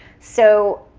so,